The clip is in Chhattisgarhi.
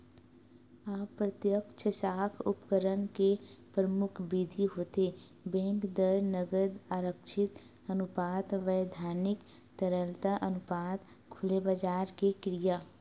अप्रत्यक्छ साख उपकरन के परमुख बिधि होथे बेंक दर, नगद आरक्छित अनुपात, बैधानिक तरलता अनुपात, खुलेबजार के क्रिया